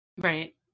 Right